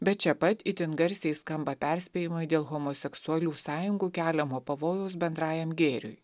bet čia pat itin garsiai skamba perspėjimai dėl homoseksualių sąjungų keliamo pavojaus bendrajam gėriui